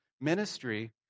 ministry